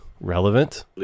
relevant